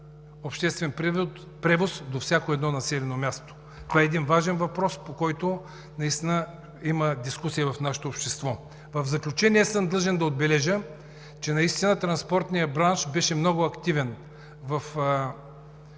обществен превоз до всяко едно населено място. Това е важен въпрос, по който има дискусия в нашето общество. В заключение съм длъжен да отбележа, че транспортният бранш беше много активен в работата